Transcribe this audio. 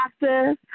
doctor